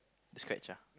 scratch ah